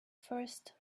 first